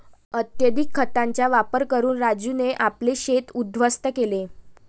अत्यधिक खतांचा वापर करून राजूने आपले शेत उध्वस्त केले